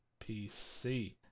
PC